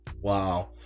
wow